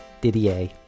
didier